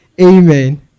Amen